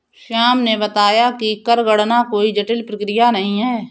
श्याम ने बताया कि कर गणना कोई जटिल प्रक्रिया नहीं है